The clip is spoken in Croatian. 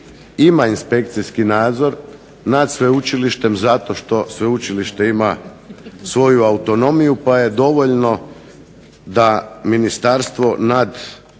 ima inspekcijski nadzor nad sveučilištem zato što sveučilište ima svoju autonomiju pa je dovoljno da ministarstvo nad